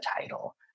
title